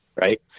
right